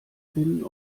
bin